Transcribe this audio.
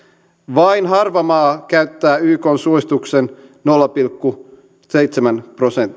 vain harva maa käyttää ykn suosituksen nolla pilkku seitsemän prosenttia